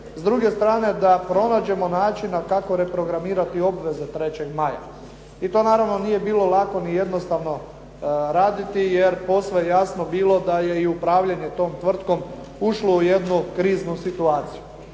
S druge strane da pronađemo načina kao reprogramirati obveze "3. maja". I to naravno nije bilo lako ni jednostavno raditi, jer posve je jasno bilo da je i upravljanje tom tvrtkom ušlo u jednu kriznu situaciju.